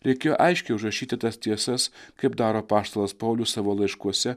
reikėjo aiškiai užrašyti tas tiesas kaip daro apaštalas paulius savo laiškuose